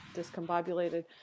discombobulated